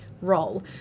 role